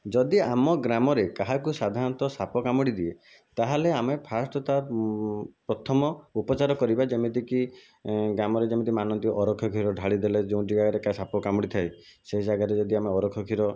ଯଦି ଆମ ଗ୍ରାମରେ କାହାକୁ ସାଧାରଣତଃ ସାପ କାମୁଡ଼ିଦିଏ ତାହେଲେ ଆମେ ଫାଷ୍ଟ ତା ପ୍ରଥମ ଉପଚାର କରିବା ଯେମିତି କି ଗ୍ରାମରେ ଯେମିତି ମାନନ୍ତି ଅରକ୍ଷ କ୍ଷୀର ଢାଳିଦେଲେ ଯେଉଁ ଜେଗାରେ ସାପ କାମୁଡ଼ିଥାଏ ସେ ଜାଗାରେ ଯଦି ଆମେ ଅରଖ କ୍ଷୀର